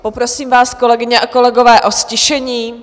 Poprosím vás, kolegyně a kolegové, o ztišení.